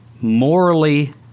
morally